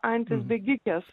antis bėgikes